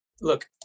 Look